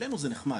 אלינו זה נחמד,